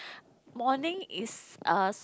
morning is as